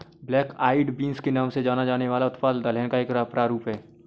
black eyed beans के नाम से जाना जाने वाला उत्पाद दलहन का एक प्रारूप है